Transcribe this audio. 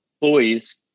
employees